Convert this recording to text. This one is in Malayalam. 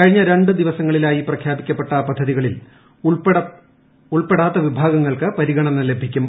കഴിഞ്ഞ രണ്ടു ദിവസങ്ങളിലായി പ്രഖ്യാപിക്കപ്പെട്ട പദ്ധതികളിൽ ഉൾപ്പെടാത്ത വിഭാഗങ്ങൾക്ക് പരിഗണന ലഭിക്കും